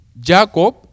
Jacob